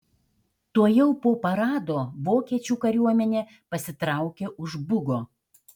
tuojau po parado vokiečių kariuomenė pasitraukė už bugo